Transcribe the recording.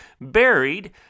buried